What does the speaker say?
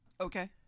Okay